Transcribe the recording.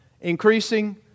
Increasing